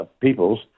peoples